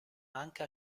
anche